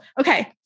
Okay